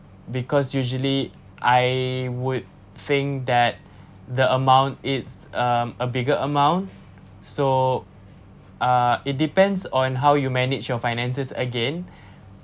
because usually I would think that the amount it's um a bigger amount so uh it depends on how you manage your finances again